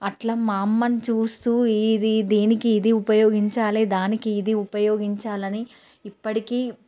అట్లా మా అమ్మను చూస్తూ ఇది దీనికి ఇది ఉపయోగించాలి దానికి ఇది ఉపయోగించాలని ఇప్పటికీ